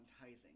tithing